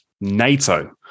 NATO